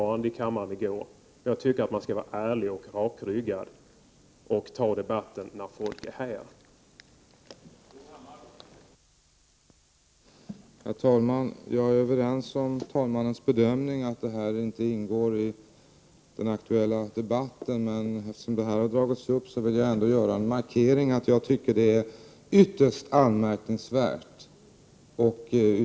1988/89:126 man skall vara ärlig och rakryggad och ta upp denna diskussion när de som = 1juni 1989